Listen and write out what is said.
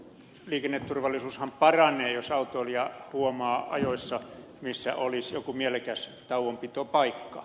liikenneturvallisuushan paranee jos autoilija huomaa ajoissa missä olisi joku mielekäs tauonpitopaikka